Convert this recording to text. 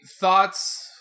thoughts